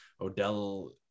Odell